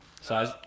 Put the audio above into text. Size